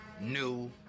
New